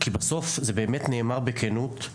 אתם יודעים שהם נמצאים במקום שהוא הכי טוב לאזרחים במדינת